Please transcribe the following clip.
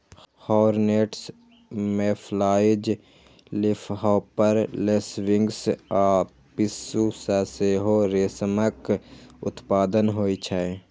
hornets, mayflies, leafhopper, lacewings आ पिस्सू सं सेहो रेशमक उत्पादन होइ छै